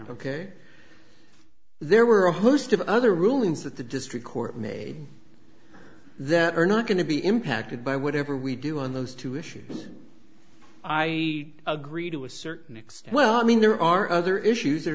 ok there were a host of other rulings that the district court made that are not going to be impacted by whatever we do on those two issues i agree to a certain extent well i mean there are other issues